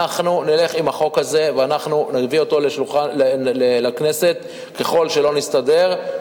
אנחנו נלך עם החוק הזה ואנחנו נביא אותו לכנסת ככל שלא נסתדר.